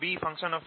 B